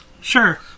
Sure